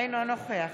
אינו נוכח